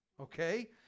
Okay